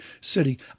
city